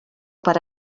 per